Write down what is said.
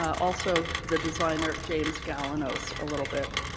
also the designer james galanos a little bit.